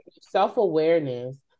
self-awareness